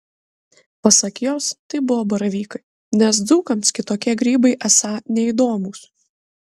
pasak jos tai buvo baravykai nes dzūkams kitokie grybai esą neįdomūs